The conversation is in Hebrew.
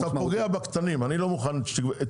כי אתה פוגע בקטנים ואני לא מוכן שתפגעו.